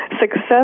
Success